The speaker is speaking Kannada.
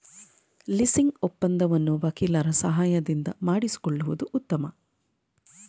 ಲೀಸಿಂಗ್ ಒಪ್ಪಂದವನ್ನು ವಕೀಲರ ಸಹಾಯದಿಂದ ಮಾಡಿಸಿಕೊಳ್ಳುವುದು ಉತ್ತಮ